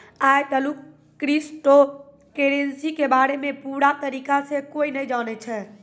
आय तलुक crypto currency के बारे मे पूरा तरीका से कोय नै जानै छै